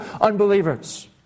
unbelievers